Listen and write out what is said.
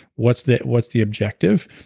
what's the what's the objective,